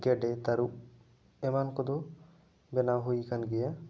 ᱜᱮᱰᱮ ᱛᱟᱹᱨᱩᱵ ᱮᱢᱟᱱ ᱠᱚ ᱫᱚ ᱵᱮᱱᱟᱣ ᱦᱩᱭ ᱟᱠᱟᱱ ᱜᱮᱭᱟ